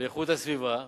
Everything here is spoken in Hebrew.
לאיכות הסביבה,